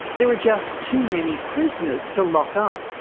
there are just too many prisoners to lock up,